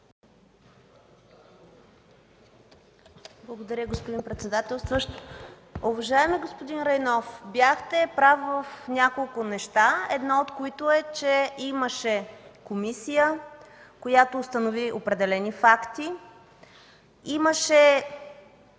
Благодаря, госпожо председател.